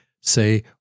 say